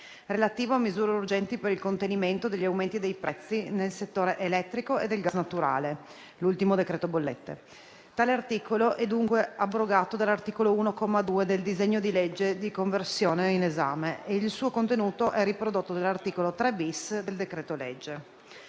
relativo a misure urgenti per il contenimento degli aumenti dei prezzi nel settore elettrico e del gas naturale, ovvero l'ultimo decreto bollette. Tale articolo è dunque abrogato dall'articolo 1, comma 2, del disegno di legge di conversione in esame e il suo contenuto è riprodotto dall'articolo 3-*bis* del decreto-legge.